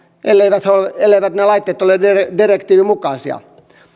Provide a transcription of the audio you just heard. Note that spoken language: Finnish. elleivät elleivät ne laitteet ole direktiivin mukaisia